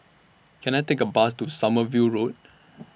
Can I Take A Bus to Sommerville Road